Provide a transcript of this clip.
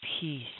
peace